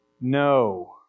No